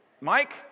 Mike